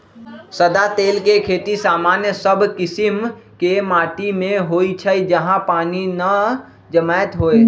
सदा तेल के खेती सामान्य सब कीशिम के माटि में होइ छइ जहा पानी न जमैत होय